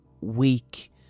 weak